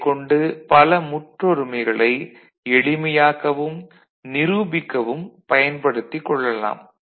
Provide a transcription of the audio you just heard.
அதைக் கொண்டு பல முற்றொருமைகளை எளிமையாக்கவும் நிரூபிக்கவும் பயன்படுத்திக் கொள்ளலாம்